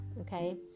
okay